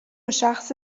شخص